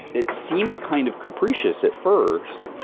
it seemed kind of capricious at first,